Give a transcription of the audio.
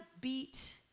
beat